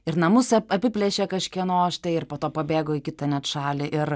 ir namus apiplėšė kažkieno štai ir po to pabėgo į kitą net šalį ir